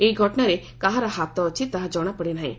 ଏହି ଘଟଣାରେ କାହାର ହାତ ଅଛି ତାହା ଜଣାପଡ଼ିନାହିଁ